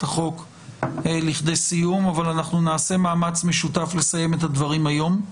החוק לכדי סיום אבל אנחנו נעשה מאמץ משותף לסיים את הדברים היום.